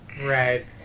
Right